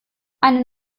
eine